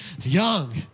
Young